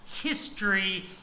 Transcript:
history